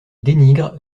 dénigre